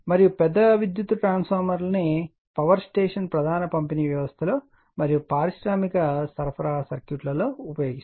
మరియు పెద్ద విద్యుత్ ట్రాన్స్ఫార్మర్లను పవర్ స్టేషన్ ప్రధాన పంపిణీ వ్యవస్థలో మరియు పారిశ్రామిక సరఫరా సర్క్యూట్లో ఉపయోగిస్తారు